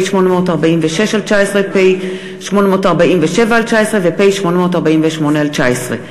פ/845/19, פ/846/19, פ/847/19 ו-פ/848/19.